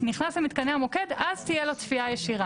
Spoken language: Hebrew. נכנס למתקני המוקד - אז תהיה לו צפייה ישירה.